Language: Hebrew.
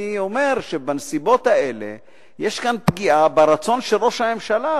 אני אומר שבנסיבות האלה יש כאן פגיעה ברצון של ראש הממשלה.